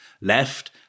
left